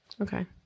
Okay